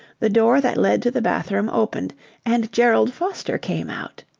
the door that led to the bathroom opened and gerald foster came out.